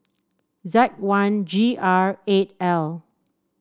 Z one G R eight L